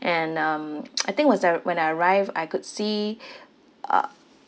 and um I think was uh when I arrived I could see uh